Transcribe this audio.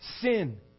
sin